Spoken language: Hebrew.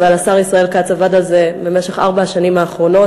אבל השר ישראל כץ עבד על זה במשך ארבע השנים האחרונות,